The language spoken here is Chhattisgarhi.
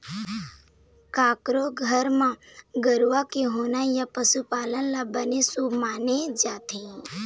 कखरो घर म गरूवा के होना या पशु पालन ल बने शुभ माने जाथे